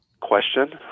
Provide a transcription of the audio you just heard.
question